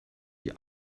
die